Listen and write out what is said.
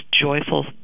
joyful